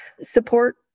support